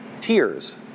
tears